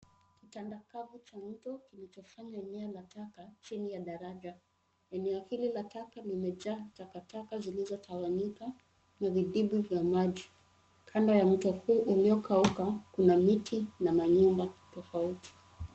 Kitanda kavu cha mto, kilichofanywa eneo la taka, chini ya daraja. Eneo hili la taka limejaa takataka zilizotawanyika, na vidimbwi vya maji. Kando ya mto huu uliokauka, kuna miti na manyumba tofauti.